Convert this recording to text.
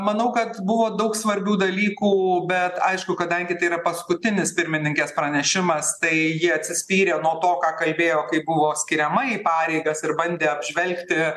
manau kad buvo daug svarbių dalykų bet aišku kadangi tai yra paskutinis pirmininkės pranešimas tai ji atsispyrė nuo to ką kalbėjo kai buvo skiriama į pareigas ir bandė apžvelgti